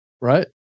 Right